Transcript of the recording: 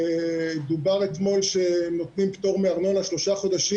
דובר אתמול שנותנים פטור מארנונה לשלושה חודשים.